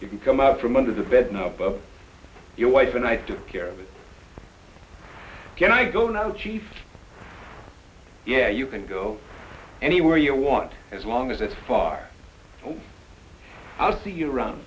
you can come out from under the bed now your wife and i took care of it and i don't know chief yeah you can go anywhere you want as long as it's far i'll see you around